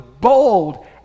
bold